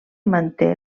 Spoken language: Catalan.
manté